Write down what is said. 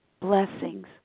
blessings